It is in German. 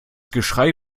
geschrei